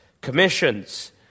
Commissions